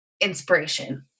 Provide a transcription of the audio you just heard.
inspiration